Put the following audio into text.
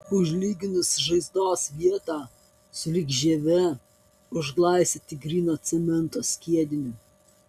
užlyginus žaizdos vietą sulig žieve užglaistyti gryno cemento skiediniu